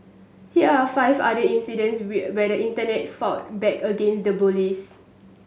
here are five other incidents where the Internet fought back against the bullies